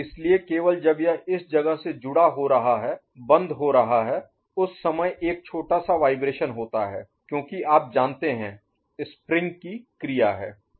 इसलिए केवल जब यह इस जगह से जुड़ा हो रहा है बंद हो रहा है उस समय एक छोटा सा वाइब्रेशन Vibration कंपन होता है क्योंकि आप जानते हैं स्प्रिंग की क्रिया है